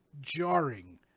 jarring